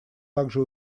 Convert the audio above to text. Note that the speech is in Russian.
также